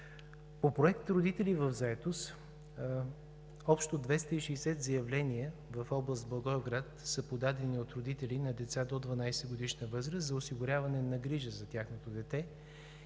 По проект „Родители в заетост“ общо 260 заявления в област Благоевград са подадени от родители на деца до 12-годишна възраст за осигуряване на грижа за тяхното дете